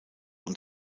und